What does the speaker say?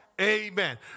Amen